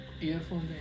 earphones